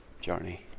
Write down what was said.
journey